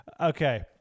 Okay